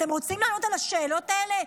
אתם רוצים לענות על השאלות האלה,